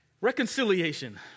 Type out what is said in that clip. Reconciliation